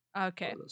okay